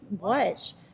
watch